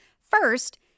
first